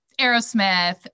Aerosmith